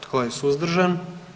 Tko je suzdržan?